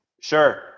Sure